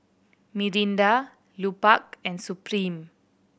Mirinda Lupark and Supreme